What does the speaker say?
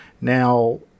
Now